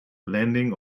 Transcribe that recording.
landing